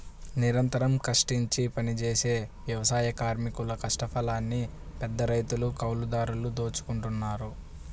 నిరంతరం కష్టించి పనిజేసే వ్యవసాయ కార్మికుల కష్టఫలాన్ని పెద్దరైతులు, కౌలుదారులు దోచుకుంటన్నారు